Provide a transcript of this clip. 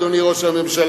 אדוני ראש הממשלה,